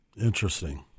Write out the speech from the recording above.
Interesting